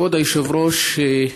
כבוד היושב-ראש,